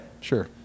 Sure